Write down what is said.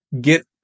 get